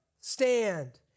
stand